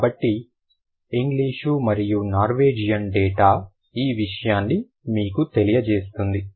కాబట్టి ఇంగ్లీష్ మరియు Norwegian data ఈ విషయాన్ని మీకు తెలియజేస్తుంది